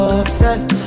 obsessed